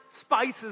spices